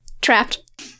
trapped